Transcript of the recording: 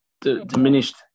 diminished